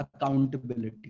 accountability